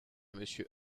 monsieur